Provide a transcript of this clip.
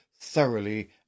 thoroughly